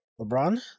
LeBron